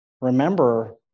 remember